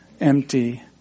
empty